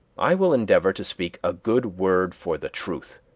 i will endeavor to speak a good word for the truth.